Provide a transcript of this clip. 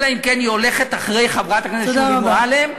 אלא אם כן היא הולכת אחרי חברת הכנסת שולי מועלם,